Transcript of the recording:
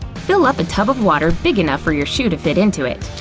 fill up a tub of water big enough for your show to fit into it.